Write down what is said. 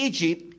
Egypt